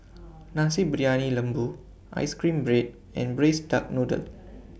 Nasi Briyani Lembu Ice Cream Bread and Braised Duck Noodle